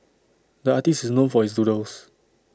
the artist is known for his doodles